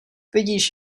vidíš